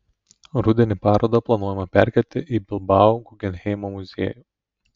rudenį parodą planuojama perkelti į bilbao guggenheimo muziejų